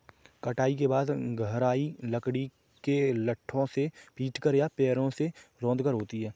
कटाई के बाद गहराई लकड़ी के लट्ठों से पीटकर या पैरों से रौंदकर होती है